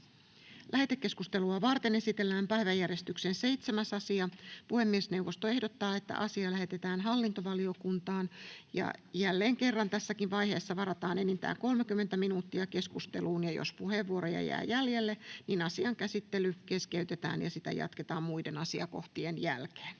Lähetekeskustelua varten esitellään päiväjärjestyksen 7. asia. Puhemiesneuvosto ehdottaa, että asia lähetetään hallintovaliokuntaan. Jälleen kerran tässä vaiheessa varataan keskusteluun enintään 30 minuuttia. Jos puheenvuoroja jää jäljelle, asian käsittely keskeytetään ja sitä jatketaan muiden asiakohtien jälkeen.